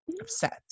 upset